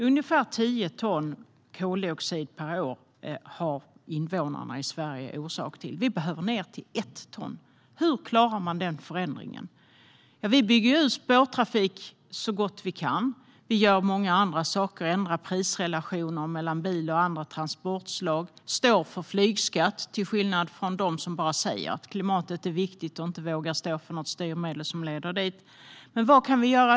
Ungefär tio ton koldioxid per år orsakar invånarna i Sverige. Vi behöver komma ned till ett ton. Hur klarar vi den förändringen? Regeringen bygger ut spårtrafiken så gott det går. Vi gör många andra saker, till exempel ändrar prisrelationer mellan bil och andra transportslag. Vi står för en flygskatt, till skillnad från dem som bara säger att klimatet är viktigt men inte vågar stå för ett styrmedel som leder dit. Vad kan vi göra?